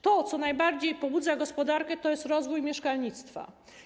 To, co najbardziej pobudza gospodarkę, to jest również rozwój mieszkalnictwa.